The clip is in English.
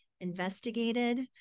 investigated